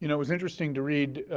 you know it was interesting to read,